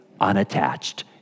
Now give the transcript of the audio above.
unattached